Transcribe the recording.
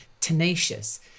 tenacious